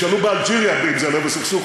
תשאלו באלג'יריה אם זה לב הסכסוך,